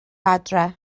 adre